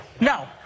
No